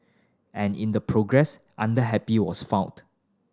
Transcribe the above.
and in the progress Under Happy was found